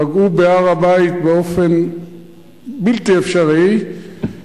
פגעו בהר-הבית באופן בלתי אפשרי,